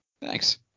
Thanks